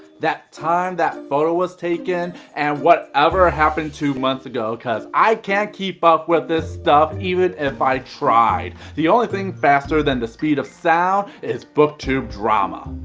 that time that photo was taken, and whatever ah happen two months ago cause i can't keep up with this stuff even if i tried. the only thing faster then the speed of sound is booktube drama.